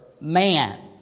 man